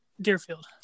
Deerfield